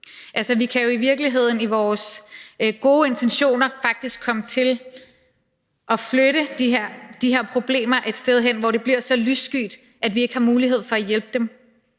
Altså, vi kan jo i virkeligheden i vores gode intentioner faktisk komme til at flytte de her problemer et sted hen, hvor det bliver så lyssky, at vi ikke har mulighed for at hjælpe dem,